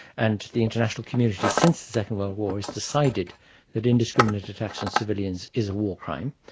and the international community since the second world war has decided that indiscriminate attacks on civilians is a war crime.